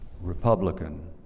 Republican